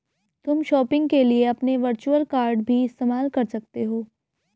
तुम शॉपिंग के लिए अपने वर्चुअल कॉर्ड भी इस्तेमाल कर सकते हो